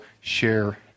share